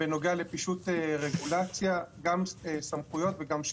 בנוגע לפישוט רגולציה, גם סמכויות וגם שקיפות.